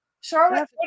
Charlotte